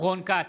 רון כץ,